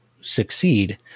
succeed